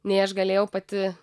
nei aš galėjau pati